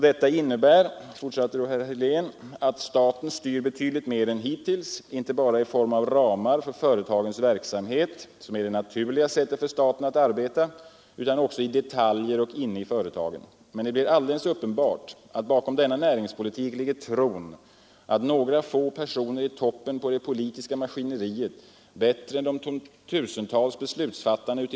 Den innebär att staten styr betydligt mer än hittills — inte bara i form av ramar för företagens verksamhet, som är det naturliga sättet för staten att arbeta, utan också i detaljer och inne i företagen. Men det är alldeles uppenbart att bakom denna näringspolitik ligger tron att några få personer i toppen på det politiska maskineriet bättre än de tusentals beslutsfattarna ute.